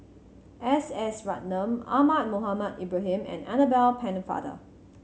S S Ratnam Ahmad Mohamed Ibrahim and Annabel Pennefather